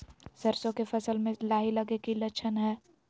सरसों के फसल में लाही लगे कि लक्षण हय?